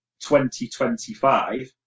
2025